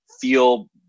feel